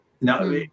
now